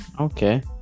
Okay